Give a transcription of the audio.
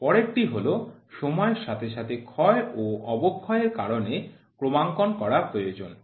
পরের টি হল সময়ের সাথে সাথে ক্ষয় ও অবক্ষয় এর কারণেও ক্রমাঙ্কন করা প্রয়োজন